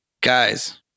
Guys